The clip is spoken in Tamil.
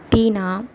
தீனா